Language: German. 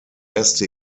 erste